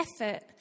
effort